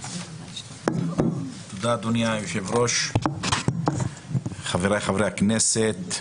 תודה, אדוני היושב-ראש, חבריי חברי הכנסת,